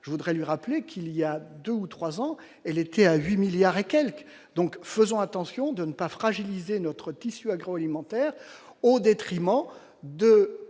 je voudrais lui rappeler qu'il y a 2 ou 3 ans, elle était à 8 milliards et quelques, donc faisons attention de ne pas fragiliser notre tissu agroalimentaire au détriment de